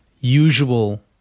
usual